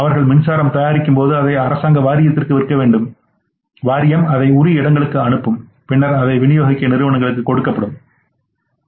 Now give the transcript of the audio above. அவர்கள் மின்சாரம் தயாரிக்கும் போது அதை அரசாங்க வாரியத்திற்கு விற்க வேண்டும் வாரியம் அதை உரிய இடங்களுக்கு அனுப்பும் பின்னர் அதை விநியோக நிறுவனங்களுக்கு கொடுப்போம்